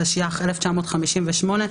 התשי"ח 1958,